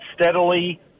steadily